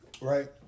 Right